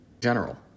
General